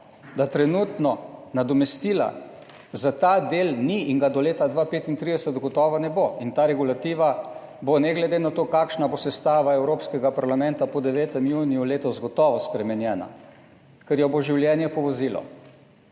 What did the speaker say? da trenutno nadomestila za ta del ni in ga do leta 2035 gotovo ne bo, in ta regulativa bo, ne glede na to, kakšna bo sestava evropskega parlamenta po 9. juniju letos, gotovo spremenjena, ker jo bo življenje povozilo.